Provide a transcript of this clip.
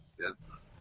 Yes